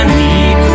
need